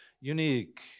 unique